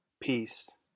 Peace